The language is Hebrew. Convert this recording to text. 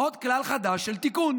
עוד כלל חדש של תיקון.